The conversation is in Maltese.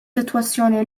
sitwazzjoni